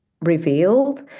revealed